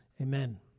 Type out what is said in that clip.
amen